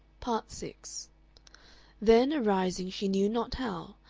part six then, arising she knew not how,